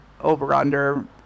over-under